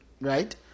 right